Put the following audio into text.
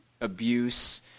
abuse